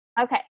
Okay